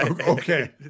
okay